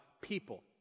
people